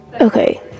Okay